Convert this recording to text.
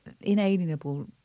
inalienable